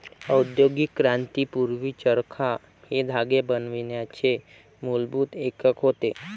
औद्योगिक क्रांती पूर्वी, चरखा हे धागे बनवण्याचे मूलभूत एकक होते